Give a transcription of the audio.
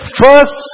first